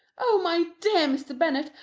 oh, my dear mr. bennet,